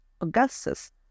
Augustus